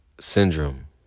syndrome